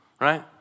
right